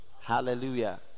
hallelujah